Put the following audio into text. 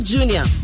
Junior